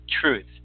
truth